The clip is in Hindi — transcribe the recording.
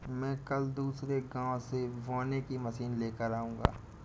मैं कल दूसरे गांव से बोने की मशीन लेकर आऊंगा